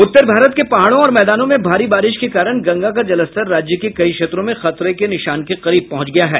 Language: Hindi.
उत्तर भारत के पहाड़ों और मैदानों में भारी बारिश के कारण गंगा का जलस्तर राज्य के कई क्षेत्रों में खतरे के निशान के करीब पहुंच गया है